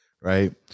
right